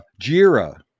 Jira